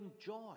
joy